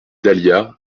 dahlias